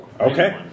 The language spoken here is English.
Okay